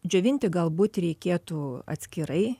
džiovinti galbūt reikėtų atskirai